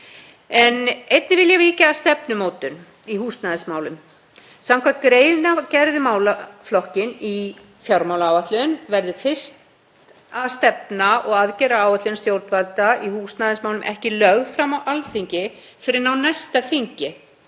Einnig vil ég víkja að stefnumótun í húsnæðismálum. Samkvæmt greinargerð um málaflokkinn í fjármálaáætlun verður stefna og aðgerðaáætlun stjórnvalda í húsnæðismálum ekki lögð fram á Alþingi fyrr en á næsta þingi,